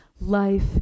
Life